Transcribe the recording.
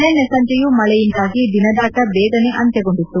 ನಿನ್ನೆ ಸಂಜೆಯೂ ಮಳೆಯಿಂದಾಗಿ ದಿನದಾಟ ಬೇಗನೆ ಅಂತ್ಯಗೊಂಡಿತ್ತು